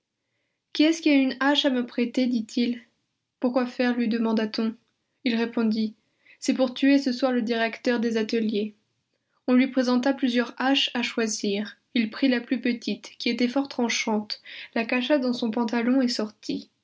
qui a une hache à me prêter dit-il pourquoi faire lui demanda-t-on il répondit c'est pour tuer ce soir le directeur des ateliers on lui présenta plusieurs haches à choisir il prit la plus petite qui était fort tranchante la cacha dans son pantalon et sortit